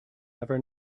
ever